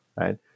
right